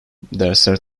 dersler